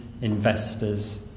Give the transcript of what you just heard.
investors